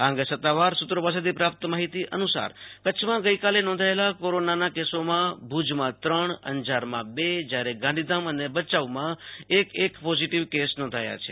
આ અંગે સત્તાવાર સુત્રો પાસેથી પ્રાપ્ત માહિતી અનુસાર કચ્છમાં ગઈકાલે નોંધાયેલા કોરોનાના કેસોમાં ભુજમાં ત્રણ અંજારમાં બે જયારે ગાંધીધામ અને ભયાઉમાં એક એક પોઝીટીવ કેસ નોંધાયા છે